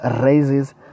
raises